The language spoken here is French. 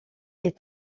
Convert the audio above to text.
est